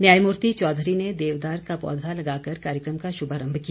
न्यायमूर्ति चौधरी ने देवदार का पौधा लगाकर कार्यक्रम का शुभारंभ किया